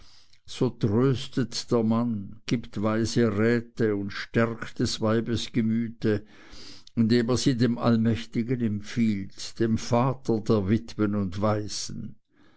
so tröstet der mann gibt weise räte und stärkt des weibes gemüte indem er sie dem allmächtigen empfiehlt dem vater der witwen und waisen